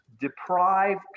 deprive